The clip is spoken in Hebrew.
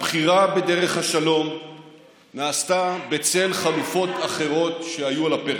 הבחירה בדרך השלום נעשתה בצל חלופות אחרות שהיו על הפרק,